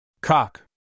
Cock